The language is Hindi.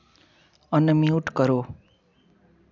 अनम्यूट करो